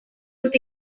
dut